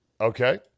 Okay